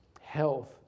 health